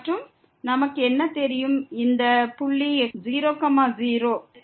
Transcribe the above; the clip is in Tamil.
மற்றும் நமக்கு என்ன தெரியும் இந்த புள்ளி 0 0 ன் நெய்பர்ஹுட்